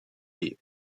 les